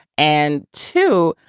and too,